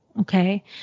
okay